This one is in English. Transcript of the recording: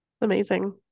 Amazing